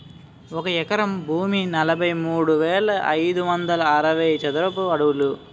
ఒక ఎకరం భూమి నలభై మూడు వేల ఐదు వందల అరవై చదరపు అడుగులు